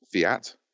fiat